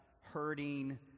hurting